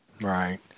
Right